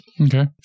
Okay